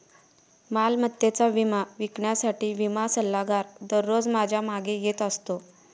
मालमत्तेचा विमा विकण्यासाठी विमा सल्लागार दररोज माझ्या मागे येत राहतो